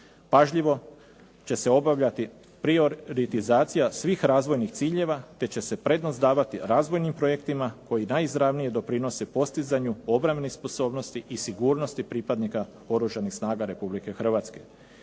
pažljivo će se obavljati prioritizacija svih razvojnih ciljeva, te će se prednost davati razvojnim projektima koji najizravnije doprinose postizanju obrambenih sposobnosti i sigurnosti pripadnika Oružanih snaga Republike Hrvatske.